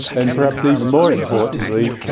and perhaps even more importantly,